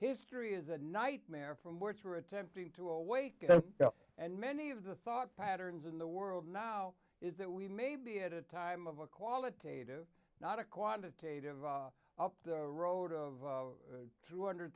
history is a nightmare from which we're attempting to awaken and many of the thought patterns in the world now is that we may be at a time of a qualitative not a quantitative up the road of three hundred